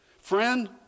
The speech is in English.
Friend